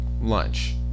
lunch